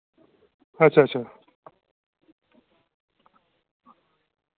अच्छा अच्छा